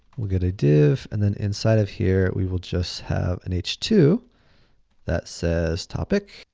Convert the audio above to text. we go to div, and then inside of here we will just have an h two that says topic.